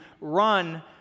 run